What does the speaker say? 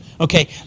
Okay